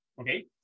okay